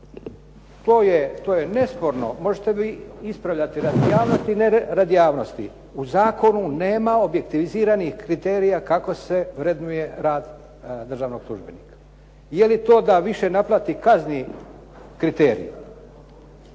To je nesporno, možete vi ispravljati radi javnosti, u zakonu nema objektiviziranih kriterija kako se vrednuje rad državnog službenika. Je li to da više naplati kazni kriterij?